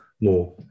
more